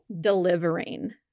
delivering